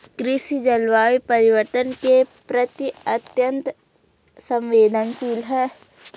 कृषि जलवायु परिवर्तन के प्रति अत्यंत संवेदनशील है